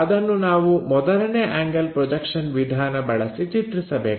ಅದನ್ನು ನಾವು ಮೊದಲನೇ ಆಂಗಲ್ ಪ್ರೊಜೆಕ್ಷನ್ ವಿಧಾನ ಬಳಸಿ ಚಿತ್ರಿಸಬೇಕು